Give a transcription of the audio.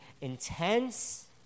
intense